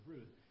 Ruth